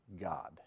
God